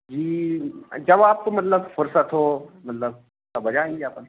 जी जब आपको मतलब फुरसत हो मतलब तब आ जाएँगे अपन